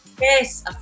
yes